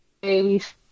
babies